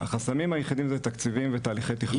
החסמים היחידים זה תקציבים ותהליכי תכנון.